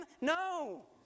No